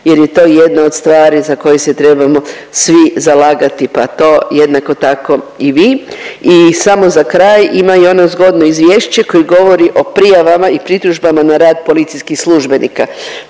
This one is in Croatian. jer je to jedna od stvari za koje se trebamo svi zalagati pa to jednako tako i vi. I samo za kraj, ima i ono zgodno izvješće koje govori o prijavama i pritužbama na rad policijskih službenika,